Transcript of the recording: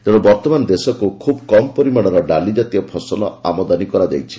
ତେଣୁ ବର୍ତ୍ତମାନ ଦେଶକୁ ଖୁବ୍ କମ୍ ପରିମାଣର ଡାଲିଜ୍ଞାତୀୟ ଫସଲ ଆମଦାନୀ କରାଯାଇଛି